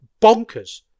bonkers